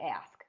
ask